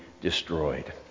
destroyed